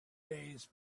days